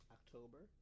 October